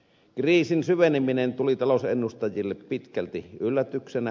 kriisin syveneminen tuli talousennustajille pitkälti yllätyksenä